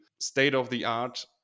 state-of-the-art